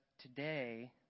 today